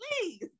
please